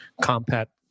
Compact